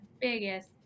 biggest